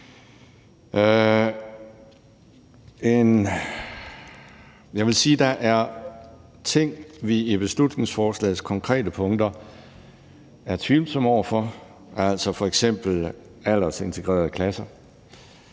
Jeg vil sige, at der i beslutningsforslagets konkrete punkter er ting, vi er tvivlsomme over for, f.eks. aldersintegrerede klasser.